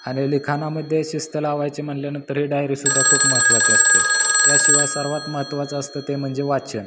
आणि लिखानामध्ये शिस्त लावायची म्हटल्यानंतर ही डायरीसुद्धा खूप महत्वाची असते याशिवाय सर्वात महत्वाचं असतं ते म्हणजे वाचन